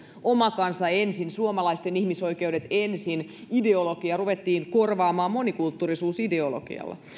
oma kansa ensin suomalaisten ihmisoikeudet ensin ideologiaa ruvettiin korvaamaan monikulttuurisuusideologialla